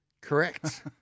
Correct